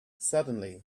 suddenly